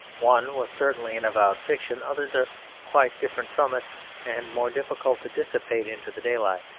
one was certainly an avowed fiction, others are quite different from it and more difficult to dissipate into the daylight.